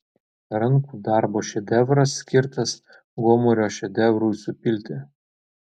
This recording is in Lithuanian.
rankų darbo šedevras skirtas gomurio šedevrui supilti